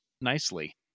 nicely